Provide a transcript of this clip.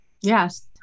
Yes